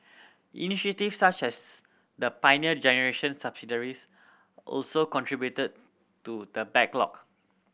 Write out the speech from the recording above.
initiatives such as the Pioneer Generation subsidies also contributed to the backlog